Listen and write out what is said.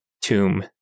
tomb